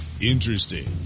interesting